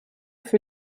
für